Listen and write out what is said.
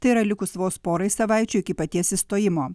tai yra likus vos porai savaičių iki paties išstojimo